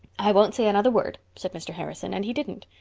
i won't say another word, said mr. harrison, and he didn't.